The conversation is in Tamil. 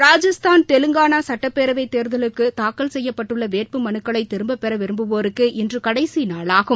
ராஜஸ்தான் தெலங்கானாசுட்டப்பேரவைதேர்தல்குளுக்குதாக்கல் செய்யப்பட்டுள்ளவேட்பு மனுக்களைதிரும்பபெறவிரும்புவோருக்கு இன்றுகடைசிநாளாகும்